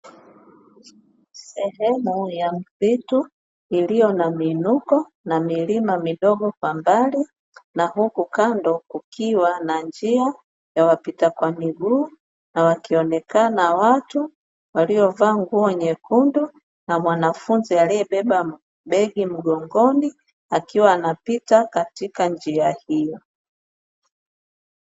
Sehemu ya msitu iliyo na miinuko na milima midogo kwa mbali na huku kando kukiwa na njia ya wapita kwa miguu na wakionekana watu waliovaa nguo nyekundu na mwanafunzi aliyebeba begi mgongoni akiwa anapita katika njia hiyo.